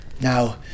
Now